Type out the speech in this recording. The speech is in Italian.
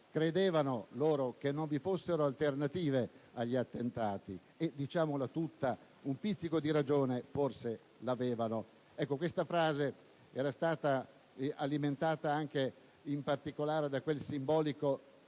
"Credevano che non vi fossero alternative agli attentati e, diciamola tutta: un pizzico di ragione forse l'avevano". Ecco, questa frase era stata alimentata, in particolare, da quel simbolico